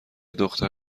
دختر